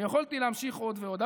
ויכולתי להמשיך עוד ועוד.